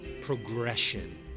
progression